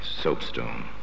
soapstone